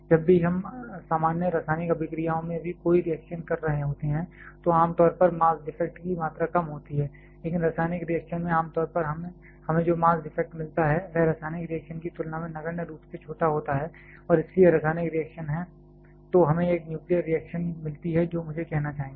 जब भी हम सामान्य रासायनिक अभिक्रिया में भी कोई रिएक्शन कर रहे होते हैं तो आम तौर पर मास डिफेक्ट की मात्रा कम होती है लेकिन रासायनिक रिएक्शन में आम तौर पर हमें जो मास डिफेक्ट मिलता है वह रासायनिक रिएक्शन की तुलना में नगण्य रूप से छोटा होता है और इसलिए रासायनिक रिएक्शन हैं तो हमें एक न्यूक्लियर रिएक्शन मिलती है जो मुझे कहना चाहिए